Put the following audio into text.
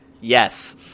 yes